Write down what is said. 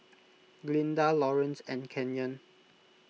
Glinda Laurance and Kenyon